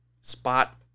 spot